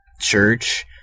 church